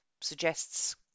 suggests